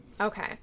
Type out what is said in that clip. Okay